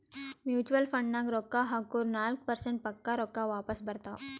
mutual ಫಂಡ್ನಾಗ್ ರೊಕ್ಕಾ ಹಾಕುರ್ ನಾಲ್ಕ ಪರ್ಸೆಂಟ್ರೆ ಪಕ್ಕಾ ರೊಕ್ಕಾ ವಾಪಸ್ ಬರ್ತಾವ್